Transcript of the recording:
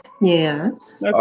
Yes